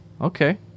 Okay